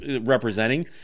representing